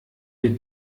wir